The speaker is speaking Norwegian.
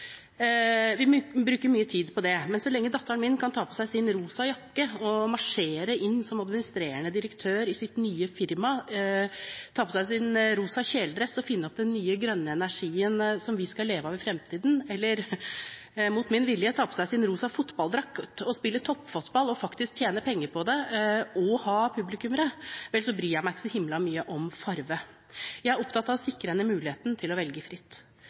Vi bruker mye tid det. Men så lenge min datter kan ta på seg sin rosa jakke og marsjere inn som administrerende direktør i sitt nye firma, ta på seg sin rosa kjeledress og finne opp den nye grønne energien som vi skal leve av i fremtiden, eller – mot min vilje – ta på seg sin rosa fotballdrakt og spille toppfotball og faktisk tjene penger på det og ha publikummere, vel, så bryr jeg meg ikke så mye om farge. Jeg er opptatt av å sikre henne muligheten til å velge fritt.